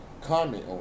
comment